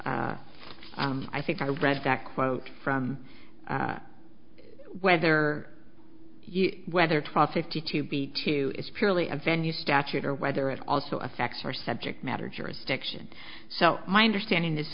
call i think i read that quote from whether whether twelve fifty two b two is purely a venue statute or whether it also affects or subject matter jurisdiction so my understanding is